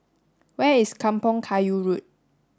where is Kampong Kayu Road